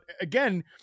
again